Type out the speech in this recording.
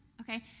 okay